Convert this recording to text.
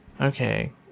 Okay